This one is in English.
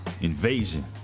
invasion